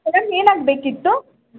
madam ಏನಾಗಬೇಕಿತ್ತು